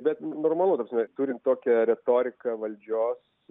bet normalu ta prasme turim tokią retoriką valdžios